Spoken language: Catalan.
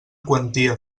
quantia